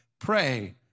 Pray